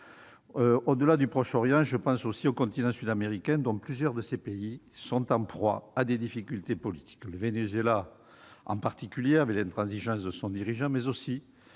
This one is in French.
Au-delà du Proche-Orient, je pense aussi au continent sud-américain, dont plusieurs pays sont en proie à des difficultés politiques : le Venezuela en particulier avec l'intransigeance de son dirigeant, mais aussi